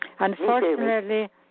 Unfortunately